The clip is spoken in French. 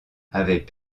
avaient